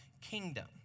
kingdom